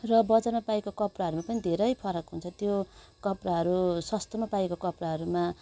र बजारमा पाएको कपडाहरूमा पनि घेरै फरक हुन्छ त्यो कपडाहरू सस्तोमा पाएको कपडाहरूमा